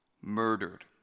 murdered